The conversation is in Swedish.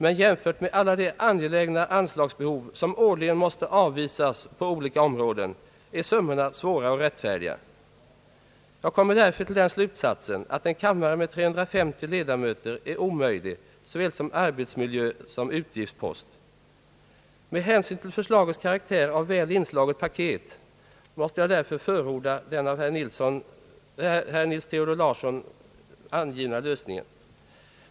Men jämfört med alla de angelägna anslagsbehov som årligen måste avvisas på olika områden är summorna svåra att rättfärdiga. Jag kommer därför till den slutsatsen att en kammare med 350 ledamöter är omöjlig, som såväl arbetsmiljö som utgiftspost. Med hänsyn till förslagets karaktär av väl inslaget paket måste jag därför förorda den av herr Nils Theodor Larsson rekommenderade lösningen.